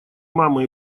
мамы